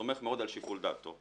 אני סומך מאוד על שיקול דעתו.